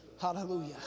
Hallelujah